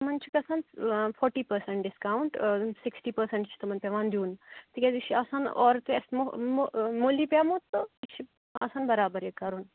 تِمَن چھُ گَژھان forty percent discount sixty percent چھِ تِمَن پٮ۪وان دیُن تِکیٛازِ یہِ چھُ آسان اورٕ تہِ اَسہِ مۄ مۄ مۄلی پٮ۪مُت تہٕ یہِ چھُ آسان بَرابر یہِ کَرُن